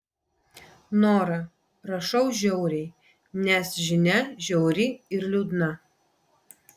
nora rašau žiauriai nes žinia žiauri ir liūdna